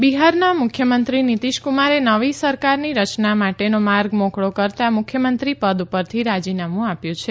બિહાર બિહારના મુખ્યમંત્રી નિતિશકુમારે નવા સરકારની રચનાના માટેનો માર્ગ મોકળો કરતાં મુખ્યમંત્રી પદ પરથી રાજીનામું આપ્યું છે